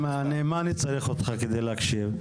מה אני צריך אותך כדי שתקשיב?